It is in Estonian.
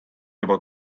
juba